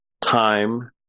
time